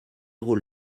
rôle